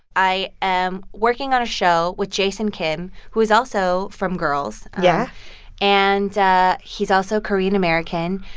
i am working on a show with jason kim, who is also from girls. yeah and he's also korean american.